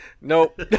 Nope